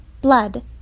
blood